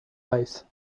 ice